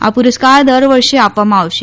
આ પુરસ્કાર દર વર્ષે આપવામાં આવશે